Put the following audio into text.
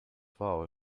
wall